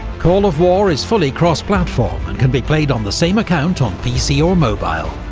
call of war is fully cross-platform and can be played on the same account on pc or mobile.